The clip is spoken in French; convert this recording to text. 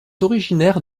originaire